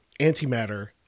antimatter